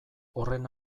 horren